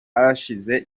hashize